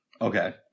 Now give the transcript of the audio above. Okay